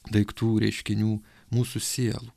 daiktų reiškinių mūsų sielų